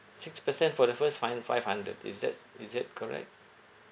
six percent for the first fin~ five hundred is that's is that correct